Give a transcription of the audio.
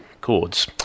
chords